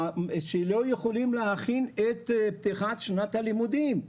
הן לא יכולות להכין את פתיחת שנת הלימודים.